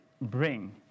Bring